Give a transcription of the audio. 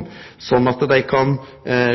at ho kan